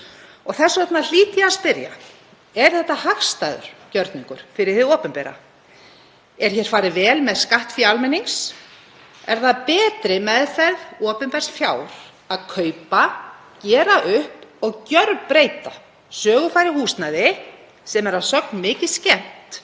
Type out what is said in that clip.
Þess vegna hlýt ég að spyrja: Er þetta hagstæður gjörningur fyrir hið opinbera? Er hér farið vel með skattfé almennings? Er það betri meðferð opinbers fjár að kaupa, gera upp og gjörbreyta sögufrægu húsnæði sem er að sögn mikið skemmt,